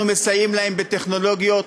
אנחנו מסייעים להם בטכנולוגיות,